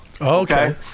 Okay